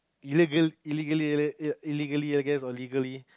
illegal~ illegally illegally I guess or legally